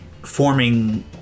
forming